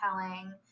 telling